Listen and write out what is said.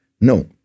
No